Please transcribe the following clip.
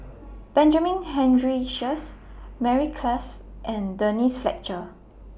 Benjamin Henry Sheares Mary Klass and Denise Fletcher